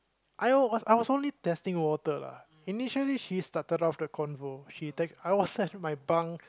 I was I was only testing water lah initially she started off the convo she tex~ I was at my bunk